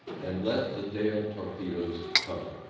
and let the damn torpedoes come